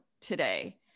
today